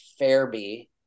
Fairby